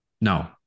no